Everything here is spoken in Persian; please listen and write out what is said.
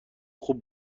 خوب